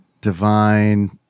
Divine